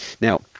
Now